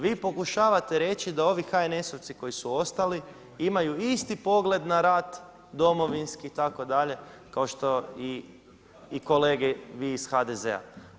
Vi pokušavate reći da ovi HNS-ovci koji su ostali imaju isti pogled na rad, domovinski itd. kao što i kolege vi iz HDZ-a.